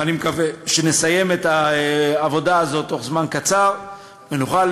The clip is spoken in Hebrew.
ואני מקווה שנסיים את העבודה הזאת בתוך זמן קצר ונוכל,